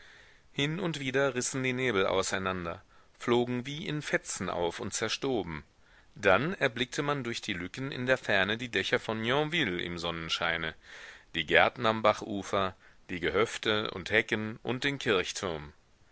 hin und wieder rissen die nebel auseinander flogen wie in fetzen auf und zerstoben dann erblickte man durch die lücken in der ferne die dächer von yonville im sonnenscheine die gärten am bachufer die gehöfte und hecken und den kirchturm